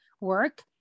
work